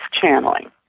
channeling